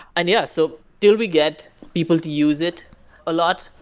and yeah, so till we get people to use it a lot,